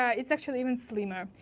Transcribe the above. ah it's actually even slimmer.